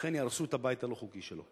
אכן יהרסו את הבית הלא-חוקי שלו.